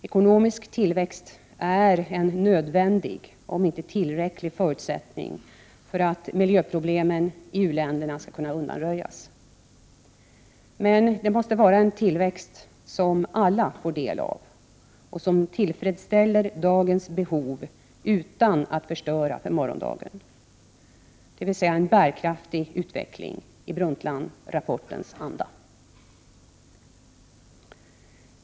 Ekonomisk tillväxt är en nödvändig, om än inte tillräcklig, förutsättning för att miljöproblemen i u-länderna skall kunna undanröjas. Men det måste vara en tillväxt som alla får del av, och som tillfredsställer dagens behov utan att förstöra för morgondagens, dvs. en bärkraftig utveckling i Brundtlandrapportens anda.